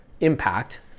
impact